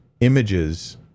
images